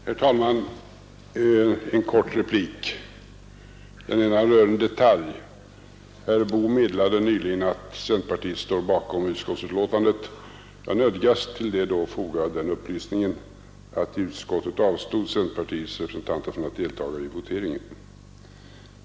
Herr talman! Bara en kort replik. Herr Boo meddelade nyss att centerpartiet står bakom utskottsbetänkandet. Jag nödgas till det foga upplysningen att i utskottet avstod centerpartiets representanter från att delta i voteringen.